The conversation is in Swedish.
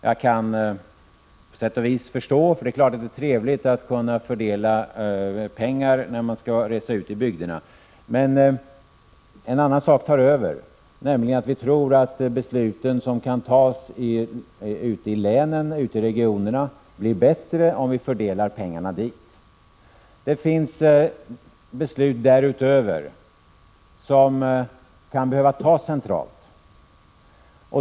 Jag kan på sätt och vis förstå det, eftersom det naturligtvis är trevligt att kunna fördela pengar när man reser ut i bygderna. Men en annan sak väger tyngre, nämligen att vi tror att de beslut som kan fattas ute i länen och i regionerna blir bättre om vi fördelar pengarna dit. Det finns beslut därutöver som kan behöva fattas centralt.